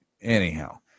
Anyhow